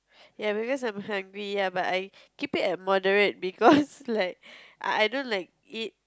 ya because I'm hungry ya but I keep it at moderate because like I I don't like eat